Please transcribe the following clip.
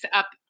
up